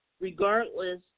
regardless